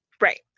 Right